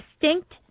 distinct